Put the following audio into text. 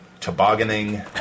tobogganing